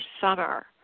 summer